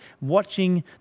watching